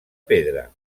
pedra